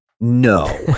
No